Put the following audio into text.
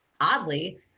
oddly